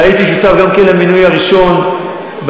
והייתי שותף גם כן למינוי הראשון בנציבות